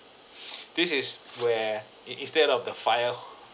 this is where in~ instead of the fire